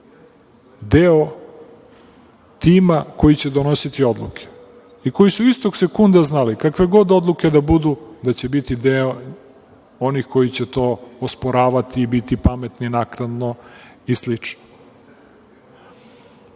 deo tima koji će donositi odluke i koji su istog sekunda znali – kakve god odluke da budu da će biti deo onih koji će to osporavati i biti pametni naknadno i